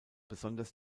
besonders